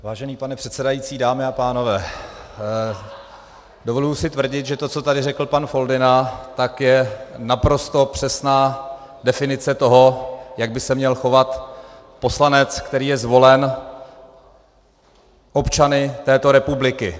Vážený pane předsedající, dámy a pánové, dovoluji si tvrdit, že to, co tady řekl pan Foldyna, je naprosto přesná definice toho, jak by se měl chovat poslanec, který je zvolen občany této republiky.